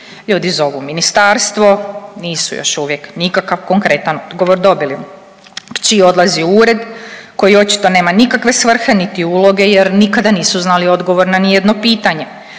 ljudi zovu ministarstvo nisu još uvijek nikakav konkretan odgovor dobili. Kći odlazi u ured koji očito nema nikakve svrhe niti uloge jer nikada nisu znali odgovor na nijedno pitanje.